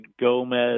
Gomez